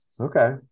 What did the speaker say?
Okay